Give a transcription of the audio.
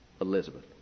Elizabeth